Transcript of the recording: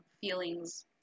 feelings